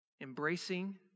embracing